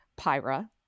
Pyra